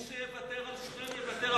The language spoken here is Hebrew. מי שיוותר על שכם יוותר,